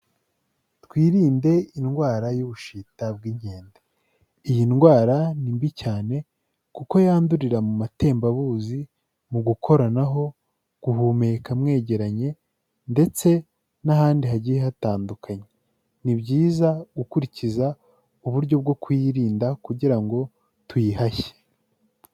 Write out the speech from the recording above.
Twirinde indwara y'ubushita bw'inke. Iyi ndwara ni mbi cyane kuko yandurira mu matembabuzi, mu gukoranaho, guhumeka mwegeranye ndetse n'ahandi hagiye hatandukanye. Ni byiza gukurikiza uburyo bwo kuyirinda kugira ngo tuyihashye.